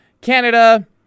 Canada